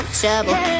trouble